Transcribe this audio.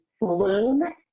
bloom